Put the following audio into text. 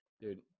Dude